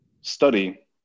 study